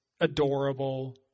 adorable